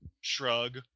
shrug